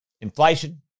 inflation